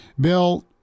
Bill